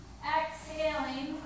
exhaling